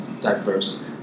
diverse